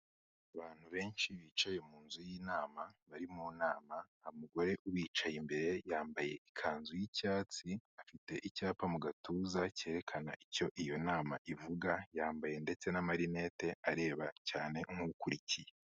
Abantu benshi bicaye mu nzu y'inama bari mu nama, hari umugore ubicaye imbere yambaye ikanzu y'icyatsi, afite icyapa mu gatuza cyerekana icyo iyo nama ivuga, yambaye ndetse n'amarinete areba cyane nk'ukurikiye.